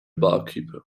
barkeeper